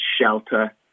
shelter